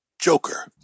Joker